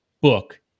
book